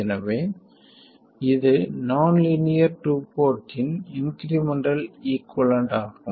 எனவே இது நான் லீனியர் டூ போர்ட்டின் இன்க்ரிமெண்டல் ஈகுவலன்ட் ஆகும்